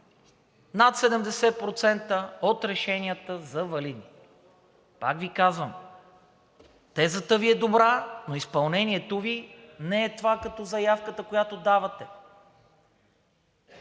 над 70% от решенията за валидни. Пак Ви казвам: тезата Ви е добра, но изпълнението Ви не е това като заявката, която давате.